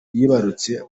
yibarutse